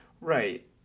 Right